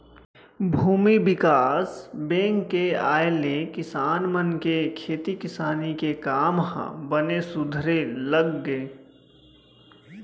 भूमि बिकास बेंक के आय ले किसान मन के खेती किसानी के काम ह बने सुधरे लग गे